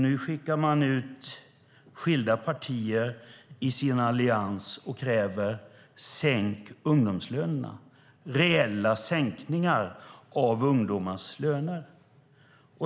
Nu skickar man ut skilda allianspartier med kravet att ungdomslönerna ska sänkas. Det handlar om reella sänkningar av ungdomars löner.